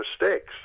mistakes